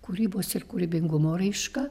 kūrybos ir kūrybingumo raiška